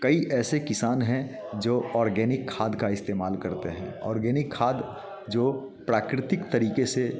कई ऐसे किसान हैं जो ऑर्गेनिक खाद का इस्तेमाल करते हैं ऑर्गेनिक खाद जो प्राकृतिक तरीके से